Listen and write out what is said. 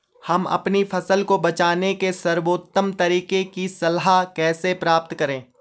हम अपनी फसल को बचाने के सर्वोत्तम तरीके की सलाह कैसे प्राप्त करें?